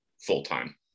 full-time